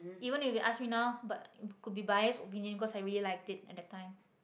even if you ask me now but could be biased opinion because I really liked it at that time